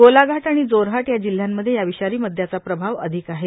गोलाघाट आणि जोरहाट या जिल्हयांमध्ये या विषारी मद्याचा प्रभाव अधिक आहे